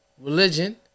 religion